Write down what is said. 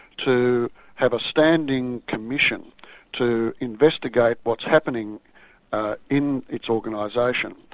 to have a standing commission to investigate what's happening in its organisation.